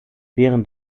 während